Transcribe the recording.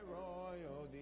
royal